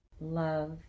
Love